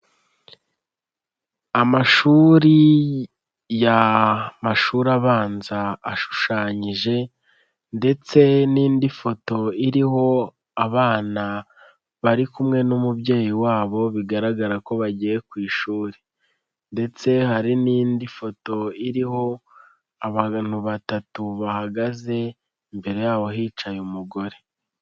Amashuri y'amashuri abanza ashushanyije ndetse n'indi foto iriho abana bari kumwe n'umubyeyi wabo, bigaragara ko bagiye ku ishuri ndetse hari n'indi foto iriho abantu batatu bahagaze, imbere yabo hicaye umugore.